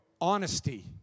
Honesty